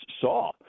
saw